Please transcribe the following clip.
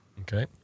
Okay